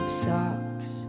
socks